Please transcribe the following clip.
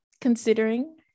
considering